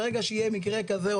ברגע שיהיה מקרה כזה,